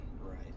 right